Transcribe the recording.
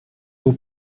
был